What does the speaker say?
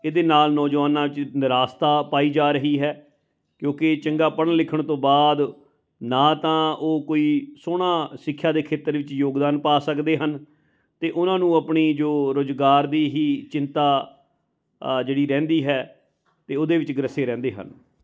ਇਹਦੇ ਨਾਲ ਨੌਜਵਾਨਾਂ 'ਚ ਨਿਰਾਸ਼ਤਾ ਪਾਈ ਜਾ ਰਹੀ ਹੈ ਕਿਉਂਕਿ ਚੰਗਾ ਪੜ੍ਹਨ ਲਿਖਣ ਤੋਂ ਬਾਅਦ ਨਾ ਤਾਂ ਉਹ ਕੋਈ ਸੋਹਣਾ ਸਿੱਖਿਆ ਦੇ ਖੇਤਰ ਵਿੱਚ ਯੋਗਦਾਨ ਪਾ ਸਕਦੇ ਹਨ ਤਾਂ ਉਹਨਾਂ ਨੂੰ ਆਪਣੀ ਜੋ ਰੋਜ਼ਗਾਰ ਦੀ ਹੀ ਚਿੰਤਾ ਜਿਹੜੀ ਰਹਿੰਦੀ ਹੈ ਅਤੇ ਉਹਦੇ ਵਿੱਚ ਗ੍ਰਸੇ ਰਹਿੰਦੇ ਹਨ